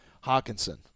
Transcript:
Hawkinson